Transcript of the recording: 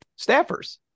staffers